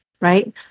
Right